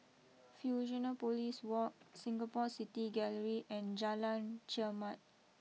Fusionopolis walk Singapore City Gallery and Jalan Chermat